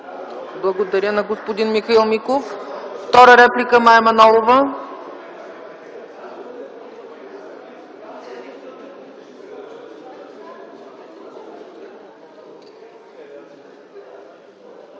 Благодаря на господин Михаил Миков. Втора реплика – госпожа